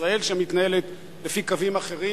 ישראל שמתנהלת לפי קווים אחרים.